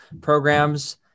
programs